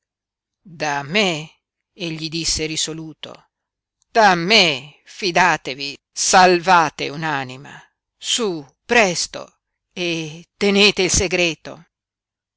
da me egli disse risoluto da me fidatevi salvate un'anima su presto e tenete il segreto